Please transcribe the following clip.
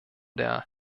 der